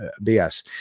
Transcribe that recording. bs